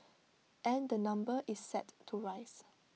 and the number is set to rise